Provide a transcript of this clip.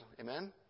Amen